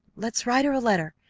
let's write her a letter!